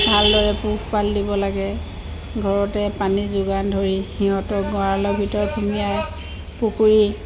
ভালদৰে পোহপাল দিব লাগে ঘৰতে পানী যোগান ধৰি সিহঁতৰ গঁৰালৰ ভিতৰত ধুনীয়া পুখুৰী